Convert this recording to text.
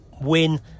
win